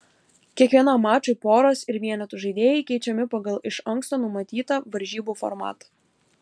kiekvienam mačui poros ir vienetų žaidėjai keičiami pagal iš anksto numatytą varžybų formatą